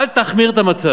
אל תחמיר את המצב.